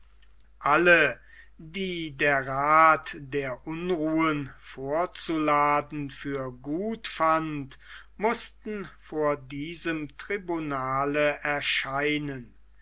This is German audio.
alle die der rath der unruhen vorzuladen für gut fand mußten vor diesem tribunale erscheinen